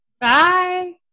Bye